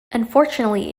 unfortunately